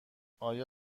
آیا